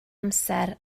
amser